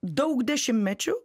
daug dešimtmečių